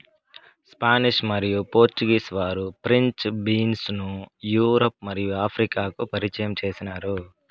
Spanish మరియు Portuguese వారు French beans ను యూరప్ మరియు ఆఫ్రికాకు పరిచయం చేసినారు